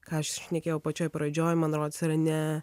ką aš šnekėjau pačioj pradžioj man rods yra ne